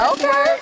Okay